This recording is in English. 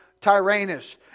Tyrannus